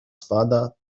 spada